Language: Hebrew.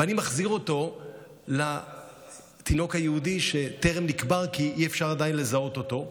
ואני מחזיר אותו לתינוק היהודי שטרם נקבר כי אי-אפשר עדיין לזהות אותו.